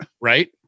Right